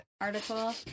article